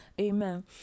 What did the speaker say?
amen